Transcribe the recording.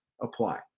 apply